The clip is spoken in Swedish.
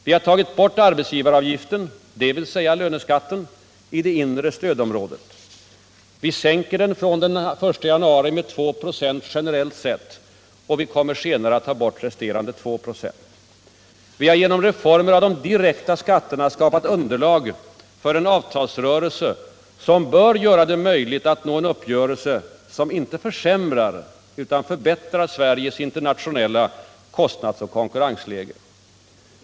Vi har tagit bort arbetsgivaravgiften — dvs. löneskatten — i det inre stödområdet. Vi sänker den från den 1 januari med 2 96 generellt sett och vi kommer senare att ta bort resterande 2 96. Vi har genom reformer av de direkta skatterna skapat underlag för en avtalsrörelse som bör göra det möjligt att nå en uppgörelse som inte försämrar utan förbättrar Sveriges internationella kostnadsoch konkurrensläge.